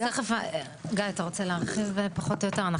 אז תכף, גיא, אתה רוצה להרחיב פחות או יותר?